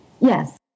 Yes